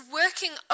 working